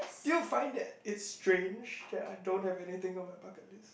do you find that it's strange that I don't have anything on my bucket list